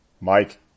Mike